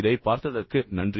இதைப் பார்த்ததற்கு நன்றி